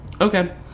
Okay